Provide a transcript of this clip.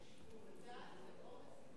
זה הרעיון